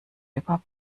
über